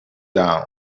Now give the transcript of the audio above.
down